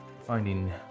finding